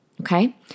Okay